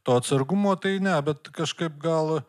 to atsargumo tai ne bet kažkaip gal